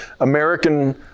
American